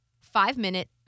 five-minute